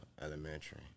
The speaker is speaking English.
Elementary